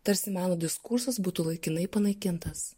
tarsi meno diskursas būtų laikinai panaikintas